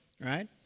right